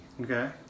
okay